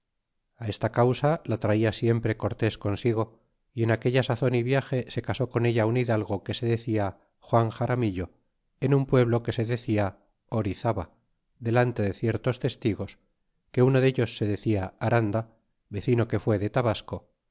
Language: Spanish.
diré esta causa la traía siempre cortés consigo y en aquella sazon y viage se casó con ella un hidalgo que se decia juan xaramillo en un pueblo que se decia onzava delante de ciertos testigos que uno dellos se decia aranda ve chi le que fué de tabasco